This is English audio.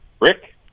Rick